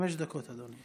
חמש דקות, אדוני.